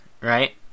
right